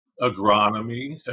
agronomy